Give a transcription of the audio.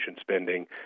spending